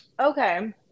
Okay